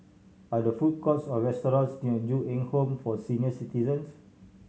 are the food courts or restaurants near Ju Eng Home for Senior Citizens